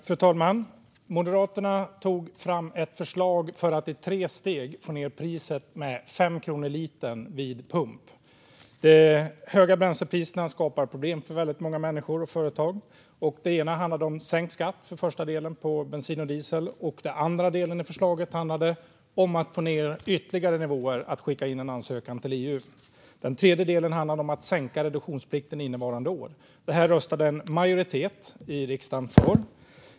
Fru talman! Moderaterna tog fram ett förslag för att i tre steg få ned bränslepriset med fem kronor litern vid pump. De höga bränslepriserna skapar problem för många människor och företag. Det första steget handlade om sänkt skatt, det andra steget handlade om att skicka in en ansökan till EU för att få ned nivåerna ytterligare och det tredje steget handlade om att sänka reduktionsplikten innevarande år. Detta röstade en majoritet i riksdagen för.